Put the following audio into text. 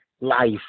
Life